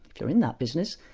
if you're in that business,